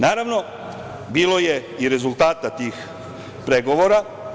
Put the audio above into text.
Naravno, bilo je i rezultata tih pregovora.